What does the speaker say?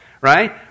Right